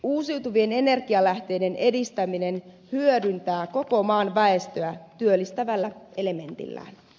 uusiutuvien energialähteiden edistäminen hyödyttää koko maan väestöä työllistävällä elementillään